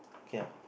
K ah